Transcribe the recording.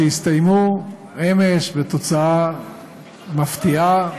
שהסתיימו אמש בתוצאה מפתיעה,